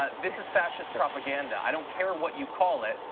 ah this is fascist propaganda, i don't care what you call it.